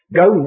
go